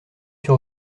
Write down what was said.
sur